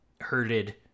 herded